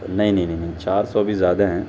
نہیں نہیں نہیں نہیں چار سو بھی زیادہ ہیں